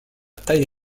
taille